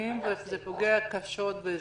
מתקיימים וזה פוגע קשות באזרחים.